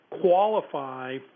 qualify